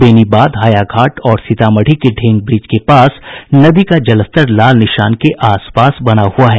बेनीबाद हायाघाट और सीतामढ़ी के ढेंग ब्रिज के पास नदी का जलस्तर लाल निशान के आसपास बना हुआ है